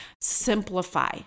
simplify